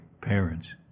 parents